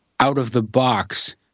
out-of-the-box